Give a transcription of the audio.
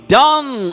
done